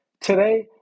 Today